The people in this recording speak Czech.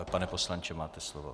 Pane poslanče, máte slovo.